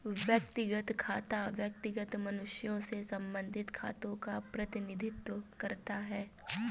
व्यक्तिगत खाता व्यक्तिगत मनुष्यों से संबंधित खातों का प्रतिनिधित्व करता है